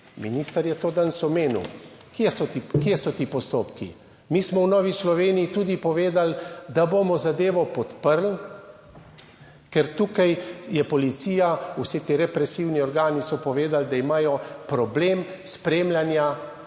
minister je to danes omenil. Kje so ti postopki? Mi smo v Novi Sloveniji tudi povedali, da bomo zadevo podprli. Ker tukaj je policija, vsi ti represivni organi so povedali, da imajo problem spremljanja